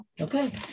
Okay